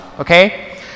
okay